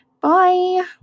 bye